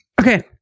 Okay